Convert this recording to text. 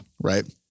Right